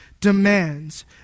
demands